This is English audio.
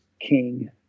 King